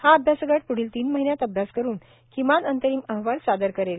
हा अभ्यासगट प्ढील तीन महिन्यात अभ्यास करुन किमान अंतरिम अहवाल सादर करेल